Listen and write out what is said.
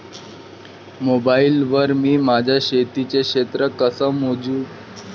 Mobile वर मी माया शेतीचं क्षेत्र कस मोजू?